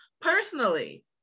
personally